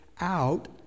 out